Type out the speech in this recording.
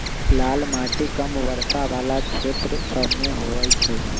लाल माटि कम वर्षा वला क्षेत्र सभमें होइ छइ